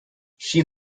she